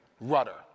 rudder